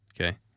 Okay